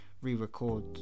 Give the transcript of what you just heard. re-record